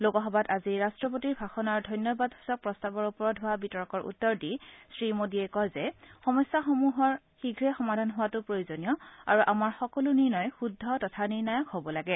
লোকসভাত আজি ৰাট্টপতি ভাষণৰ ধন্যবাদসূচক প্ৰস্তাৱৰ ওপৰত হোৱা বিতৰ্কৰ উত্তৰ দি শ্ৰীমোদীয়ে কয় যে সমস্যাসমূহৰ শীঘ্ৰে সমাধান হোৰাটো প্ৰয়োজনীয় আৰু আমাৰ সকলো নিৰ্ণয় শুদ্ধ তথা নিৰ্ণায়ক হব লাগে